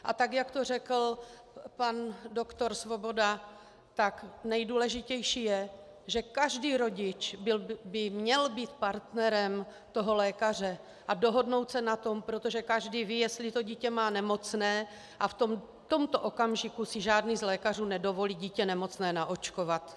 A tak jak to řekl pan doktor Svoboda, tak nejdůležitější je, že každý rodič by měl být partnerem toho lékaře a dohodnout se na tom, protože každý ví, jestli to dítě má nemocné, a v tomto okamžiku si žádný z lékařů nedovolí dítě nemocné naočkovat.